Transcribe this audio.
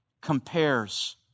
compares